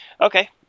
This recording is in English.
Okay